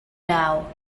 now